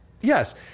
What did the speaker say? Yes